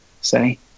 say